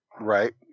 Right